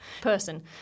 person